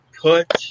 put